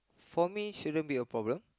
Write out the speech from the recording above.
for me shouldn't be a problem